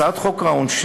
הצעת חוק העונשין